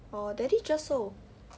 orh daddy just sold